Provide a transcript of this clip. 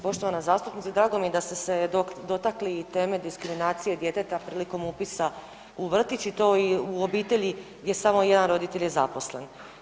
Poštovana zastupnice, drago mi je da ste se dotakli i teme diskriminacije djeteta prilikom upisa u vrtić i to u obitelji gdje samo jedan roditelj je zaposlen.